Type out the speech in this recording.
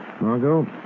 Margot